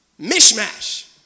Mishmash